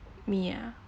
me ah